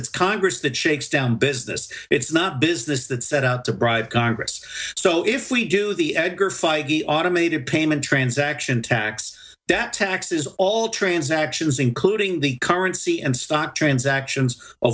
it's congress that shakes down business it's not business that set out to bribe congress so if we do the edgar fi the automated payment transaction tax debt taxes all transactions including the currency and stock transactions